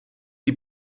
die